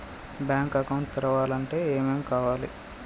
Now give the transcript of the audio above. Bank account తెరవాలంటే ఏమేం కావాలి?